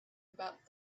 about